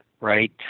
Right